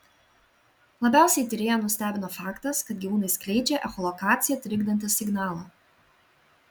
labiausiai tyrėją nustebino faktas kad gyvūnai skleidžia echolokaciją trikdantį signalą